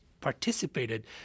participated